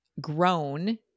grown